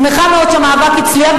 שמחה מאוד שהמאבק הצליח,